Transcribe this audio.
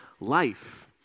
life